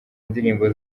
indirimbo